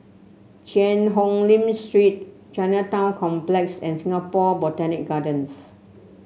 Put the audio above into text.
Cheang Hong Lim Street Chinatown Complex and Singapore Botanic Gardens